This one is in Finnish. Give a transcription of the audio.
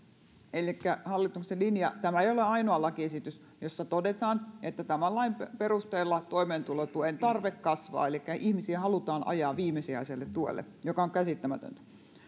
elikkä hallituksen linja tämä ei ole ainoa lakiesitys jossa todetaan että lain perusteella toimeentulotuen tarve kasvaa elikkä ihmisiä halutaan ajaa viimesijaiselle tuelle mikä on käsittämätöntä